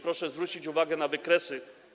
Proszę zwrócić uwagę na wykresy.